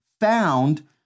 found